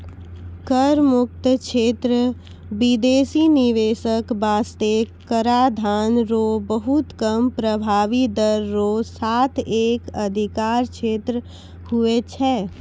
कर मुक्त क्षेत्र बिदेसी निवेशक बासतें कराधान रो बहुत कम प्रभाबी दर रो साथ एक अधिकार क्षेत्र हुवै छै